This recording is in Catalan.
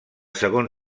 segon